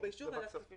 באישור ועדת הכספים.